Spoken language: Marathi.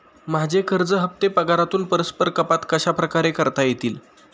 माझे कर्ज हफ्ते पगारातून परस्पर कपात कशाप्रकारे करता येतील?